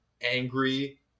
angry